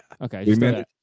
Okay